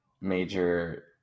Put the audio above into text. major